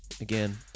Again